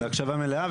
בהקשבה מלאה.